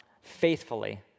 faithfully